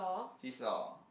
see saw